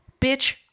bitch